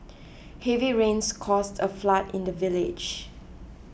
heavy rains caused a flood in the village